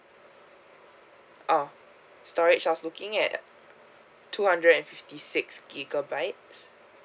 oh storage was looking at two hundred and fifty six gigabytes